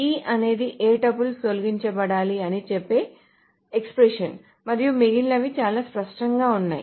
E అనేది ఏ tuples తొలగించబడాలి అని చెప్పే ఎక్స్ప్రెషన్ మరియు మిగిలినవి చాలా స్పష్టంగా ఉన్నాయి